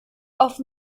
auf